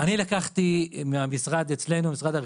אני לקחתי ממשרד הרישוי אצלנו מידע על תגי נכים.